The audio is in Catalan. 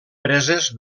preses